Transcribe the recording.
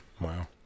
Wow